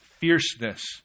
fierceness